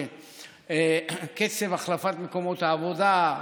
שקצב החלפת מקומות העבודה,